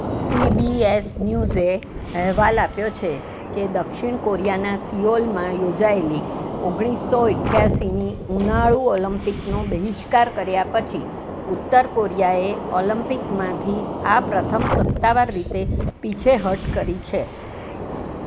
CBS ન્યુઝે અહેવાલ આપ્યો છે કે દક્ષિણ કોરિયાના સિઓલમાં યોજાએલી ઓગણીસો ઇઠયાસીની ઉનાળુ ઓલિમ્પિકનો બહિષ્કાર કર્યા પછી ઉત્તર કોરિયાએ ઓલિમ્પિકમાંથી આ પ્રથમ સત્તાવાર રીતે પીછેહઠ કરી છે